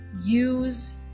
use